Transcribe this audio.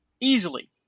easily